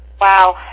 Wow